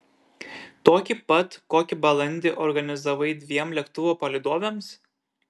tokį pat kokį balandį organizavai dviem lėktuvo palydovėms